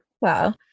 Wow